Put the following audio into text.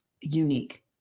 unique